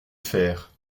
faire